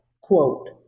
quote